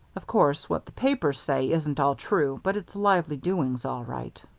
of course, what the papers say isn't all true, but it's lively doings all right.